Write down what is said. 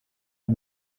and